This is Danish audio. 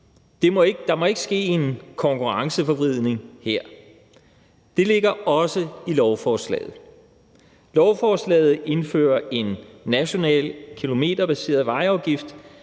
Der må ikke ske en konkurrenceforvridning her. Det ligger også i lovforslaget. Lovforslaget indfører en national kilometerbaseret vejafgift.